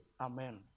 Amen